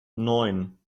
neun